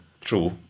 True